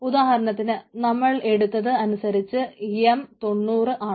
ഉദാഹരണത്തിന് നമ്മൾ എടുത്തത് അനുസരിച്ച് എം 90 ആണ്